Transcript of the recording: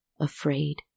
afraid